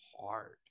hard